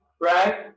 right